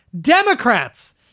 Democrats